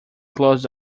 closed